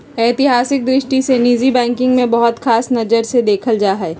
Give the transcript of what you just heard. ऐतिहासिक दृष्टि से निजी बैंकिंग के बहुत ख़ास नजर से देखल जा हइ